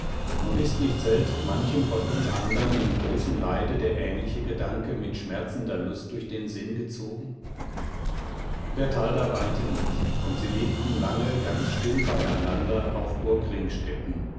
und ist nicht selbst manchem von uns andern in großem leide der ähnliche gedanke mit schmerzender lust durch den sinn gezogen bertalda weinte mit und sie lebten lange ganz still beieinander auf